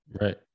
Right